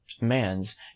man's